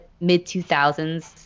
mid-2000s